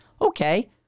okay